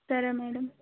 సరే మేడం